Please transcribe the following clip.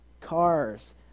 cars